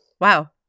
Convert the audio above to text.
wow